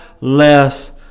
less